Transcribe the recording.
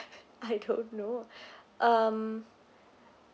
I don't know um